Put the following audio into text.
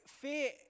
Fear